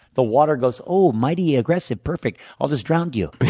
the water goes, oh, mighty, aggressive, perfect, i'll just drown you.